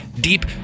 deep